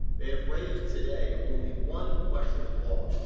they have raised today only one question of law,